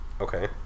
Okay